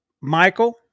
Michael